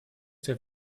der